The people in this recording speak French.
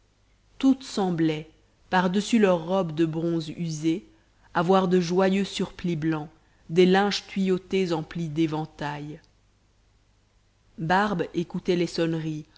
semblaient par dessus leurs robes de bronze usées avoir de joyeux surplis blancs des linges tuyautés en plis d'éventail barbe écoutait les sonneries